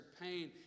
pain